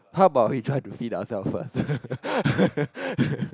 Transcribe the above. how about we try to feed ourselves first